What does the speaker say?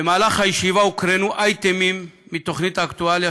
במהלך הישיבה הוקרנו אייטמים מתוכנית האקטואליה